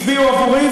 הצביעו עבורי,